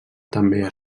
també